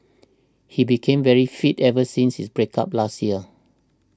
he became very fit ever since his break up last year